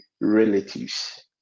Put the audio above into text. relatives